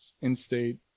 in-state